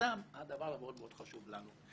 וזה הדבר המאוד-מאוד חשוב לנו.